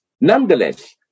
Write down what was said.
Nonetheless